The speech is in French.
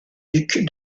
duc